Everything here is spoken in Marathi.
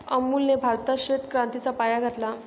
अमूलने भारतात श्वेत क्रांतीचा पाया घातला